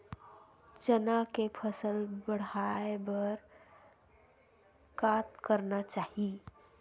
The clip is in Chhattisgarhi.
चना के फसल बढ़ाय बर का करना चाही?